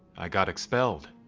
i got expelled.